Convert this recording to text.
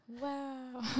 Wow